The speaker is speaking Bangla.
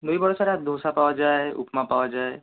দই বড়া ছাড়া ধোসা পাওয়া যায় উপমা পাওয়া যায়